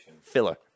Filler